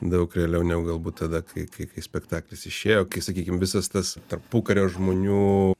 daug realiau negu galbūt tada kai kai spektaklis išėjo kai sakykim visas tas tarpukario žmonių